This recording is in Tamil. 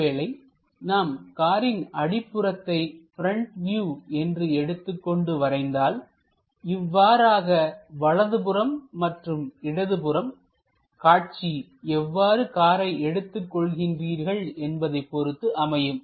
ஒருவேளை நாம் காரின் அடிப்புறத்தை ப்ரெண்ட் வியூ என்று எடுத்துக்கொண்டு வரைந்தால் இவ்வாறாக வலதுபுறம் மற்றும் இடதுபுறம் காட்சி எவ்வாறு காரை எடுத்துக்கொள்கின்றீர்கள் என்பதை பொருத்து அமையும்